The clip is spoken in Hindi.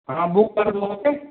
हाँ बुक कर दो ओके